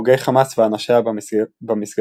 הוגי חמאס ואנשיה במסגדים